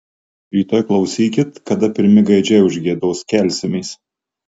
rytoj klausykit kada pirmi gaidžiai užgiedos kelsimės